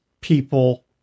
people